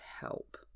help